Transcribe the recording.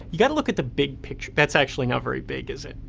you gotta look at the big picture, that's actually not very big, is it.